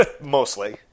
Mostly